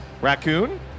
raccoon